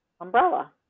umbrella